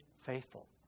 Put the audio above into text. faithful